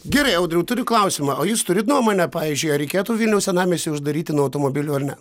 gerai audriau turiu klausimą o jis turi nuomonę pavyzdžiui ar reikėtų vilniaus senamiestį uždaryti nuo automobilių ar ne